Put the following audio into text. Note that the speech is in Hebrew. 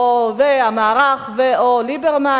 ו/או המערך או ליברמן,